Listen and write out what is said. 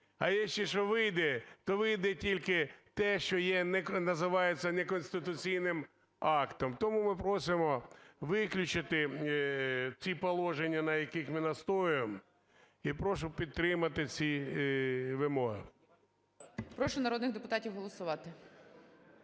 а якщо що і вийде, то вийде тільки те, що називається неконституційним актом. Тому ми просити виключити ті положення, на яких ми настоюємо. І прошу підтримати ці вимоги. ГОЛОВУЮЧИЙ. Прошу народних депутатів голосувати.